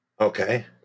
okay